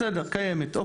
בסדר, קיימת.